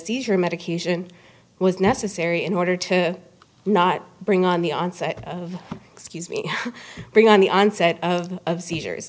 seizure medication was necessary in order to not bring on the onset of excuse me bring on the onset of seizures